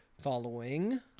following